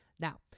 Now